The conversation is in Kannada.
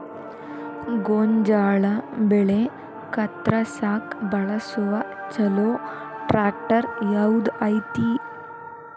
ಗೋಂಜಾಳ ಬೆಳೆ ಕತ್ರಸಾಕ್ ಬಳಸುವ ಛಲೋ ಟ್ರ್ಯಾಕ್ಟರ್ ಯಾವ್ದ್ ಐತಿ?